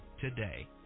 today